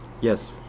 yes